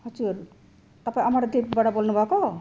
हजुर तपाईँ अमरदीपबाट बोल्नु भएको